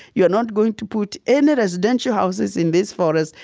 you're not going to put any residential houses in this forest,